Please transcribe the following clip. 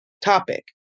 topic